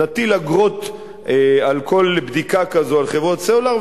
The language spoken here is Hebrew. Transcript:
נטיל אגרות על כל בדיקה כזאת על חברות הסלולר,